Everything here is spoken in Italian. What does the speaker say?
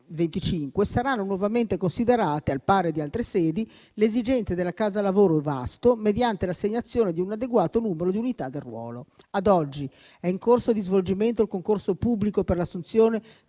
2025, saranno nuovamente considerate, al pari di altre sedi, le esigenze della casa lavoro Vasto mediante l'assegnazione di un adeguato numero di unità del ruolo. Ad oggi è in corso di svolgimento il concorso pubblico per l'assunzione